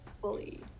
fully